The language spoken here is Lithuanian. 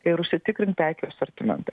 ir užsitikrint prekių asortimentą